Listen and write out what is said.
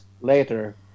later